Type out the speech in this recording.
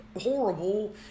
horrible